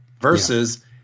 versus